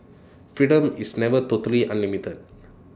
freedom is never totally unlimited